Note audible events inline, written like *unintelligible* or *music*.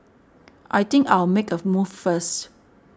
I think I'll make a *unintelligible* move first